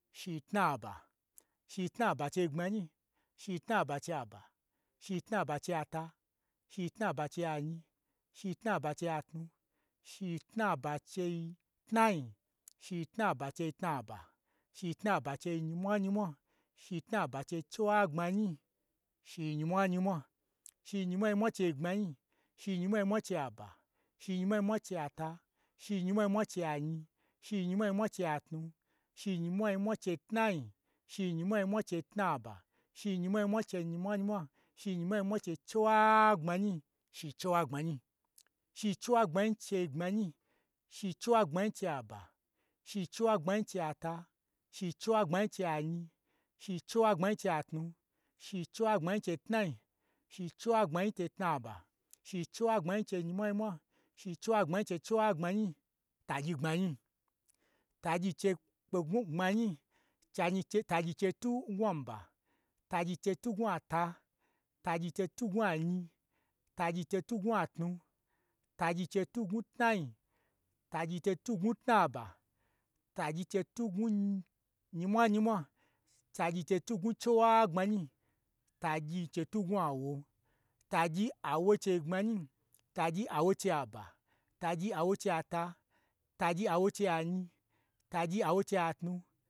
Shitnaba, shitnaba chei gbmanyi, shitnaba chei aba, shitnaba chei ata, shitnaba chei anyi, shitnaba chei atnu, shitnaba chei tnai, shitnaba chei tnaba, shitnaba chei nyimwanyimwa, shitnaba chei chiwagbmanyi, shinyimwa nyimwa, shinyimwa nyimwa chei gbmanyi, shinyimwa nyimwa chei aba, shinyimwa nyimwa chei ata, shinyimwa nyimwa chei anyi, shinyimwa nyimwa chei atnu, shinyimwa nyimwa chei tnai, shinyimwa nyimwa chei tnaba, shinyimwa nyimwa chei nyimwanyima, shinyimwa nyimwa chei chiwagbmanyi, shi chiwagbmanyi, shi chiwagbmanyi chei gbmanyi, shi chiwagbmanyi chei aba, shi chiwagbmanyi chei ata, shi chiwagbmanyi chei anyi, shi chiwagbmanyi chei atnu, shi chiwagbmanyi chei tnai, shi chiwagbmanyi chei tnaba, shi chiwagbmanyi chei nyimwanyimwa, shi chiwagbmanyi chei chiwagbmanyi, tagyi gbmanyi, tagyi chei kpe gnwu gbmanyi, chagyi tagyin chei twu ngnwu aba, tagyi n chei twu ngnwu ata, tagyi n chei twu ngnwu anyi, tagyi n chei twu ngnwu atnu, tagyi n chei twu ngnwu tnaiu, tagyi n chei twu ngnwu tnaba, tagyi n chei twu ngnwu nyi mwa nyimwa, tagyi n chei twu ngnwu chiwagbmanyi, tagyi n chei twu ngnwu awo, tagyi awo chei gbmanyi, tagyi awo chei aba, tagyi awo chei ata, tagyi awo chei anyi, tagyi awo chei atnu